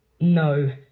No